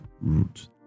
root